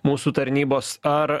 mūsų tarnybos ar